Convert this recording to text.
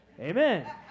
amen